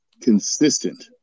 consistent